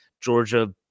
Georgia